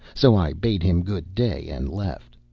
so i bade him good-day and left.